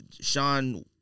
Sean